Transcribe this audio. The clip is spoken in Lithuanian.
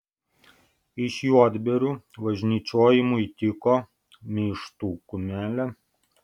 iš juodbėrių važnyčiojimui tiko meištų kumelė